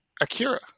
Akira